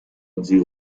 جیغ